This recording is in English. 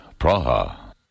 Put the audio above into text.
Praha